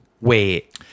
Wait